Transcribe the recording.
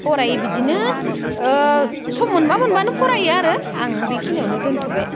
फरायो बिदिनो सम मोनब्ला मोनब्लानो फरायो आरो आं बेखिनिआवनो दोनथ'बाय